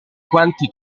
quanti